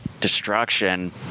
destruction